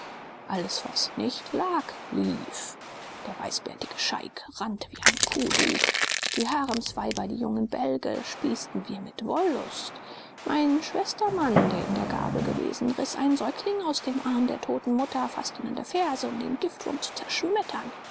alles was nicht lag lief der weißbärtige scheik rannte wie ein kudu die haremsweiber die jungen bälge spießten wir mit wollust mein schwestermann der in der gabel gewesen riß einen säugling aus dem arm der toten mutter faßte ihn an der ferse um den giftwurm zu zerschmettern